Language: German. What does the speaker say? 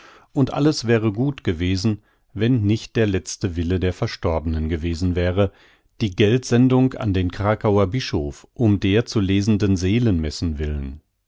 und alles wäre gut gewesen wenn nicht der letzte wille der verstorbenen gewesen wäre die geldsendung an den krakauer bischof um der zu lesenden seelenmessen willen